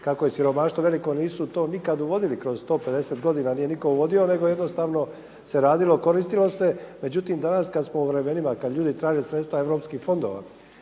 kako je siromaštvo veliko nisu to nikada uvodili, kroz 150 godina nije nitko uvodi nego jednostavno se radilo, koristilo se. Međutim, danas kada smo u vremenima, kada ljudi traže sredstva europskih fondova,